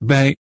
Bij